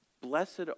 Blessed